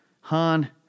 Han